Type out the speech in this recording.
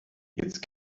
jetzt